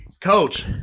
Coach